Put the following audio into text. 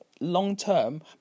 long-term